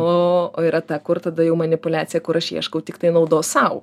o o yra ta kur tada jau manipuliacija kur aš ieškau tiktai naudos sau